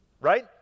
Right